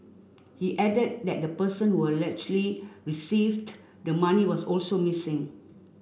he added that the person allegedly received the money was also missing